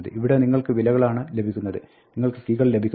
ഇവിടെ നിങ്ങൾക്ക് വിലകളാണ് ലഭിക്കുന്നത് നിങ്ങൾക്ക് കീകൾ ലഭിക്കുന്നില്ല